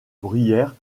bruyère